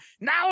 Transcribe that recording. Now